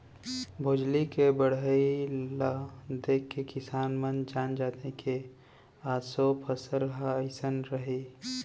भोजली के बड़हई ल देखके किसान मन जान जाथे के ऑसो फसल ह अइसन रइहि